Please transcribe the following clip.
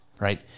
right